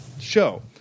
show